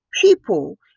People